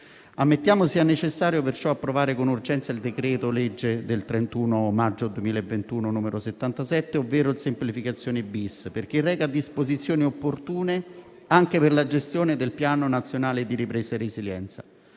Ammettiamo sia necessario, perciò, convertire in legge con urgenza il decreto-legge del 31 maggio 2021, n. 77, ovvero il decreto semplificazioni-*bis*, perché reca disposizioni opportune anche per la gestione del Piano nazionale di ripresa e resilienza.